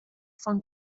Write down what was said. von